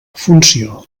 funció